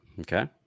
Okay